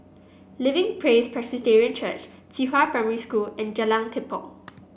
Living Praise Presbyterian Church Qihua Primary School and Jalan Tepong